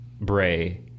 Bray